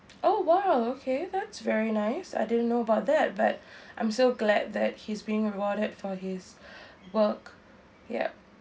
oh !wow! okay that's very nice I didn't know about that but I'm so glad that he's being rewarded for his work yup